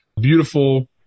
Beautiful